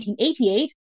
1988